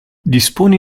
dispone